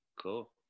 Cool